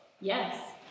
Yes